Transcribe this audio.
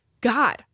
God